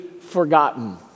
forgotten